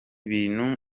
bintu